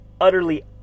utterly